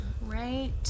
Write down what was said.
right